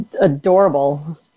adorable